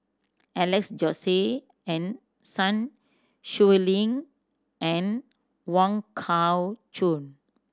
Alex Josey and Sun Xueling and Wong Kah Chun